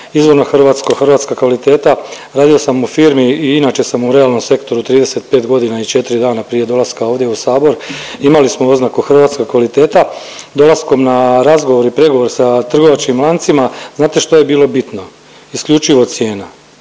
izvorno hrvatsko, hrvatska kvaliteta, radio sam u firmi i inače sam u realnom sektoru 35.g. i 4 dana prije dolaska ovdje u sabor, imali smo oznaku hrvatska kvaliteta. Dolaskom na razgovor i pregovor sa trgovačkim lancima znate što je bilo bitno, isključivo cijena,